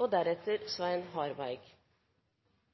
Kommunalministeren er ofte oppteken av den lokale sjølvråderetten og